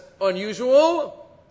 unusual